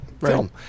film